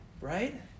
right